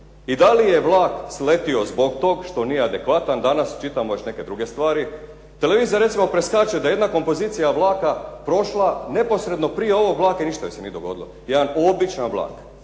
I da li je vlak sletio zbog toga što nije adekvatan danas, čitamo još neke druge stvari. Televizija recimo preskače da je jedna kompozicija vlaka prošla neposredno prije ovog vlada i ništa joj se nije dogodilo, jedan običan vlak,